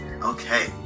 Okay